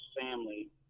family